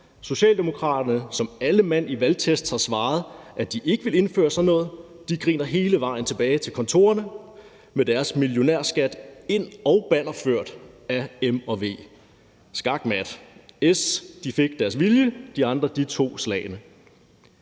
Socialdemokraterne, som alle mand i valgtests har svaret, at de ikke vil indføre sådan noget, griner hele vejen tilbage til kontorerne med deres millionærskat, ind- og bannerført af M og V – skakmat. S fik deres vilje; de andre tog slagene.